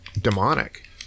demonic